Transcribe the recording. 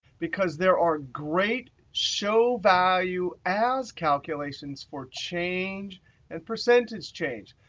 because there are great show value as calculations for change and percentage change.